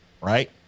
right